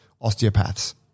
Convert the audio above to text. osteopaths